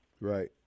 Right